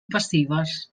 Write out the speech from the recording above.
passives